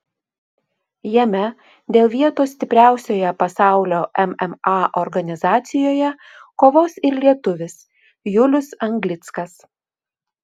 jame dėl vietos stipriausioje pasaulio mma organizacijoje kovos ir lietuvis julius anglickas